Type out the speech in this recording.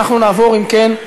אנחנו נעבור, אם כן,